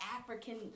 african